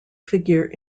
figure